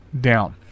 down